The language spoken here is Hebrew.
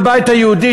הבית היהודי,